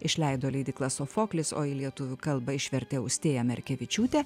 išleido leidykla sofoklis o į lietuvių kalbą išvertė austėja merkevičiūtė